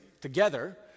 together